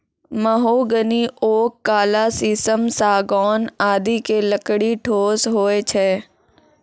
mahogany, oak, काला शीशम, सागौन आदि के लकड़ी ठोस होय छै